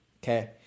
Okay